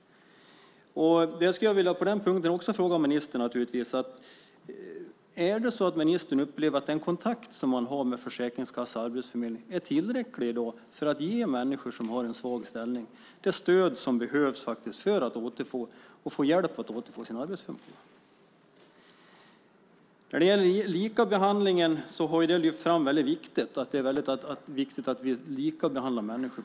Jag skulle på den punkten vilja fråga ministern: Upplever ministern att den kontakt som man har med Försäkringskassan och Arbetsförmedlingen är tillräcklig för att ge människor som har en svag ställning det stöd som behövs för att de ska få hjälp för att återfå sin arbetsförmåga? Det har lyfts fram att det är viktigt att vi likabehandlar människor.